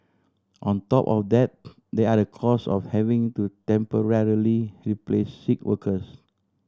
on top of that there are the cost of having to temporarily replace sick workers